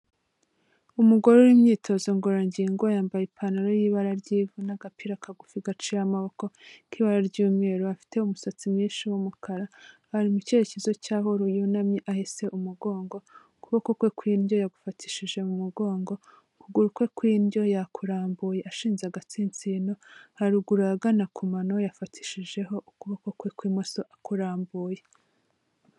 Umugore uri mu myitozo ngororangingo, yambaye ipantaro y'ibara ry'ivu n'agapira kagufi gaciye amaboko k'ibara ry'umweru, afite umusatsi mwinshi w'umukara, ari mu cyerecyezo cy'aho yunamye ahese umugongo, ukuboko kwe kw'indyo yagufatishije mu mugongo, ukuguru kwe kw'indyo yakurambuye ashinze agatsintsino, haruguru ahagana ku mano yafatishijeho ukuboko kwe kw'imoso akurambuye.